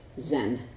Zen